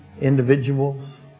individuals